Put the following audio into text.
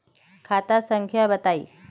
खाता संख्या बताई?